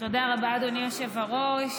תודה רבה, אדוני היושב-ראש.